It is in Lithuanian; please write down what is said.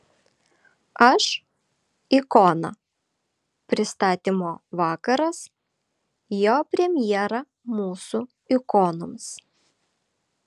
aš ikona pristatymo vakaras jo premjera mūsų ikonoms